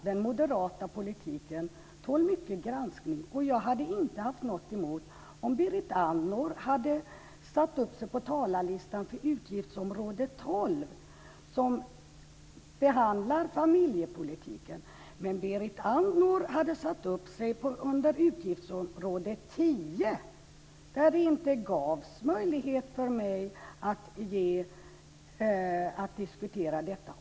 Den moderata politiken tål granskning. Jag hade inte haft något emot en sådan granskning om Berit Andnor hade satt upp sig på talarlistan för debatten kring utgiftsområde 12, där familjepolitiken behandlas. Men Berit Andnor hade satt upp sig på talarlistan för debatten kring utgiftsområde 10. Det gavs inte möjlighet för mig att diskutera då.